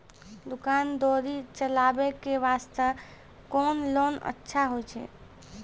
दुकान दौरी चलाबे के बास्ते कुन लोन अच्छा होय छै?